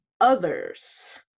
others